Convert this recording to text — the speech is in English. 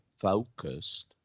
focused